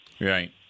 Right